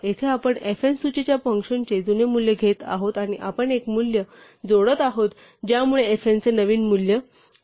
येथे आपण fn सूचीच्या फ़ंक्शनचे जुने मूल्य घेत आहोत आणि आपण एक मूल्य जोडत आहोत ज्यामुळे fn चे नवीन मूल्य मिळेल